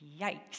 Yikes